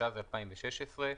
התשע"ז 2016,